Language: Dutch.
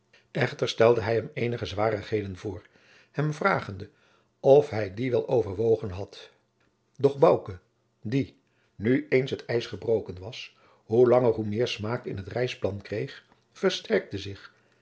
echter stelde hij hem eenige zwarigheden voor hem vragende of hij die wel overwogen had doch bouke die nu eens het ijs gebroken was hoe langer hoe meer smaak in het reisplan kreeg versterkte zich